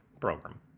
program